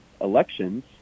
elections